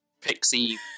pixie